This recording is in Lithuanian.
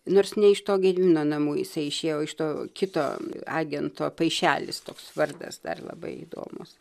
nors ne iš to gedimino namų jisai išėjo iš to kito agento paišelis toks vardas dar labai įdomus